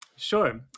Sure